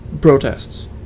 protests